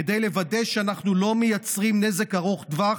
כדי לוודא שאנחנו לא מייצרים נזק ארוך טווח